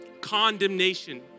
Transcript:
Condemnation